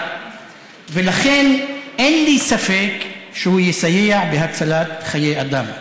ולכן אין לי ספק שהוא יסייע בהצלת חיי אדם.